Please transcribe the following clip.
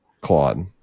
Claude